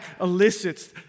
elicits